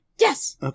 Yes